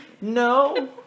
No